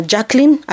Jacqueline